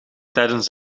tijdens